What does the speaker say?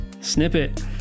snippet